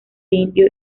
indio